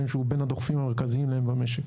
שהוא בין הדוחפים המרכזיים להם במשק.